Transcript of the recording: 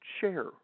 share